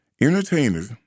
Entertainers